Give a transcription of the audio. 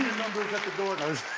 numbers at the door, guys.